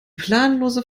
planlose